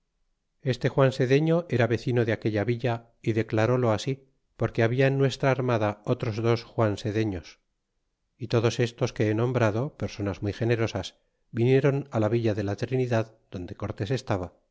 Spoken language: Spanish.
este juan sedefio era vecino de aquella villa y declaróio así porque habla en nuestra armada otros dos juan sedeños y todos estos que he nombrado personas muy generosas vinieron la villa de la trinidad donde cortés estaba